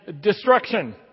destruction